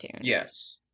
yes